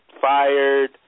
fired